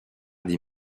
des